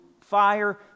fire